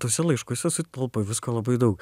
tuose laiškuose sutelpa visko labai daug